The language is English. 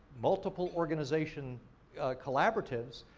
multiple organization collaboratives,